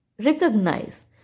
recognize